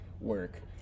work